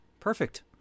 perfect